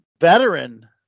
veteran